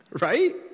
Right